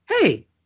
hey